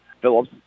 Phillips